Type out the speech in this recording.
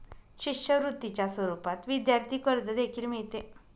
शिष्यवृत्तीच्या स्वरूपात विद्यार्थी कर्ज देखील मिळते